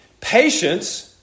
Patience